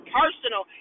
personal